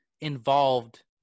involved